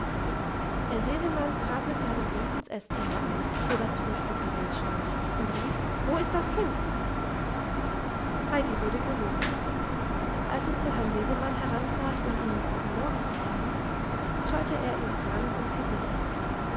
herr sesemann trat mit seinem brief ins esszimmer ein wo das frühstück bereitstand und rief wo ist das kind heidi wurde gerufen als es zu herrn sesemann herantrat um ihm guten morgen zu sagen schaute er ihm fragend ins gesicht